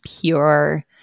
pure –